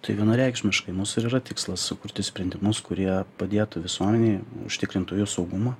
tai vienareikšmiškai mūsų ir yra tikslas sukurti sprendimus kurie padėtų visuomenei užtikrintų jų saugumą